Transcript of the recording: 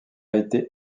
été